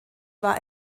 war